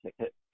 ticket